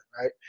Right